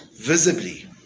visibly